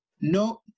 No